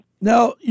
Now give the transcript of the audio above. Now